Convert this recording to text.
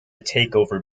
takeover